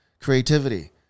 creativity